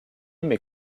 mais